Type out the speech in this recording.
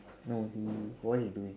no he what he doing